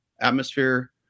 atmosphere